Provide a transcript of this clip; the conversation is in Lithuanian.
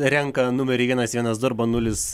renka numerį vienas vienas du arba nulis